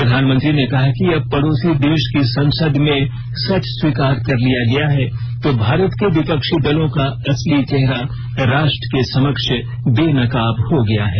प्रधानमंत्री ने कहा कि अब पड़ोसी देश की संसद में सच स्वीकार कर लिया गया है तो भारत के विपक्षी दलों का असली चेहरा राष्ट्र के समक्ष बेनकाब हो गया है